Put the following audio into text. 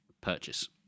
purchase